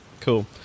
Cool